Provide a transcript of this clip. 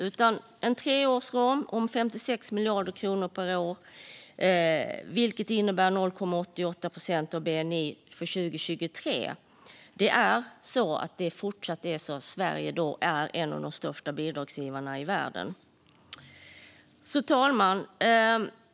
Med en treårsram om 56 miljarder kronor per år, vilket innebär 0,88 procent av bni för 2023, är Sverige fortsatt en av de största bidragsgivarna i världen. Fru talman!